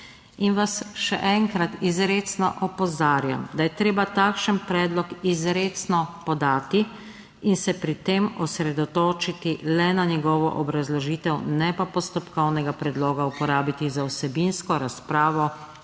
in vas še enkrat izrecno opozarjam, da je treba takšen predlog izrecno podati in se pri tem osredotočiti le na njegovo obrazložitev, ne pa postopkovnega predloga uporabiti za vsebinsko razpravo